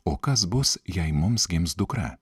o kas bus jei mums gims dukra